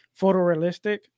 photorealistic